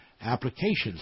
applications